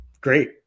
great